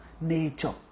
nature